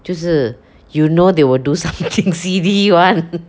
就是 you know they will do something silly [one]